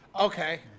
Okay